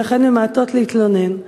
ולכן ממעטות להתלונן.